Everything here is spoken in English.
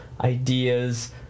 ideas